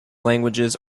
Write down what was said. languages